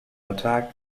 attack